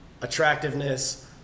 attractiveness